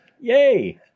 Yay